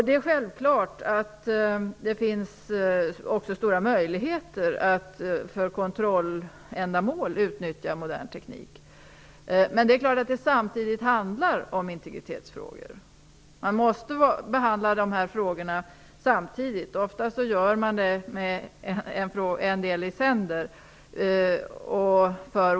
Det är självklart att det också finns stora möjligheter att utnyttja modern teknik för kontrolländamål. Men samtidigt handlar det om integritetsfrågor. Dessa frågor måste behandlas samtidigt. Ofta behandlar man en del i sänder.